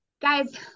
Guys